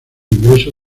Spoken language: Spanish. ingreso